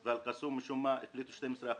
אבל על אל קסום משום מה החליטה על 12 אחוזים.